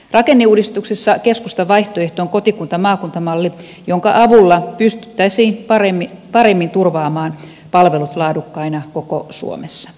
rakenneuudistuksessa keskustan vaihtoehto on kotikuntamaakunta malli jonka avulla pystyttäisiin paremmin turvaamaan palvelut laadukkaina koko suomessa